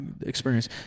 experience